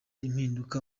impinduka